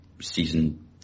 season